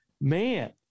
man